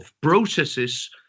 processes